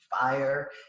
fire